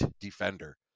defender